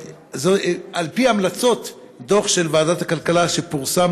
על פי ההמלצות בדוח של ועדת הכלכלה שפורסם